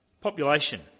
Population